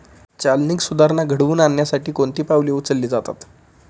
चालनीक सुधारणा घडवून आणण्यासाठी कोणती पावले उचलली जातात?